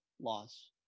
loss